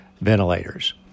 ventilators